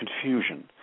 confusion